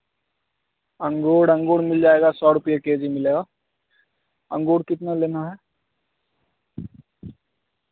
अंगूर अंगूर मिल जाएगा सौ रुपया के जी मिलेगा अंगूर कितना लेना है